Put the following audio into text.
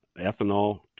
ethanol